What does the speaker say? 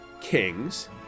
kings